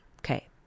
Okay